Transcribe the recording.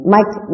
Mike